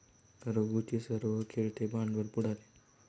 रघूचे सर्व खेळते भांडवल बुडाले